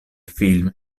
film